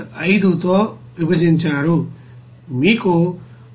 95 తో విభజించారు మీకు 196